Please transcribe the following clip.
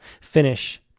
Finish